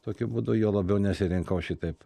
tokiu būdu juo labiau nesirinkau šitaip